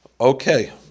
Okay